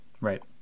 Right